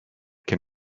can